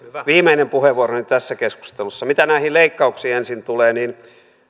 viimeinen puheenvuoroni tässä keskustelussa mitä näihin leikkauksiin ensin tulee niin